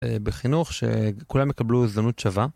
בחינוך שכולם יקבלו הזדמנות שווה.